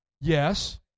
Yes